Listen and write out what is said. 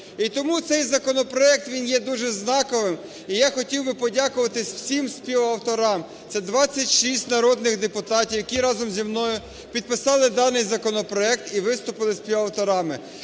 і тому цей законопроект він є дуже знаковим. І я хотів би подякувати всім співавторам (це 26 народних депутатів), які разом зі мною підписали даний законопроект і виступили співавторами.